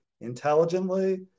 intelligently